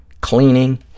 cleaning